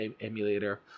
emulator